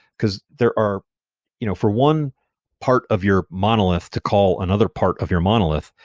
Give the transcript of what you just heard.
because there are you know for one part of your monolith to call another part of your monolith,